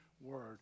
word